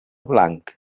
blanc